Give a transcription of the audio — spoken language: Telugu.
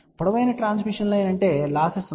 పొడవైన ట్రాన్స్మిషన్ లైన్ అంటే లాస్సెస్ ఉంటాయి